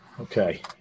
Okay